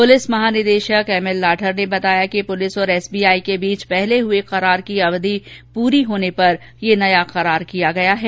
police महानिदेशक ML Lather ने बताया कि पुलिस और एसबीआई के बीच पहले हुए करार की अवधि पूरी होने पर यह नया करार किया गया हैं